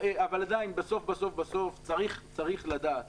אבל עדיין, בסוף בסוף, צריך לדעת